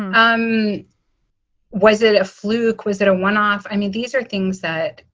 um was it a fluke? was it a one off? i mean, these are things that,